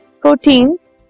proteins